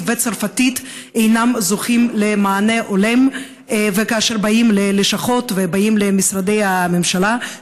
וצרפתית אינם זוכים למענה הולם כאשר הם באים ללשכות ולמשרדי הממשלה,